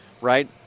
right